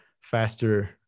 faster